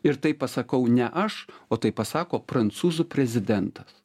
ir tai pasakau ne aš o tai pasako prancūzų prezidentas